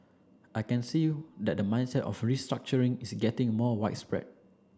I can see you that the mindset of restructuring is getting more widespread